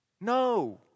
No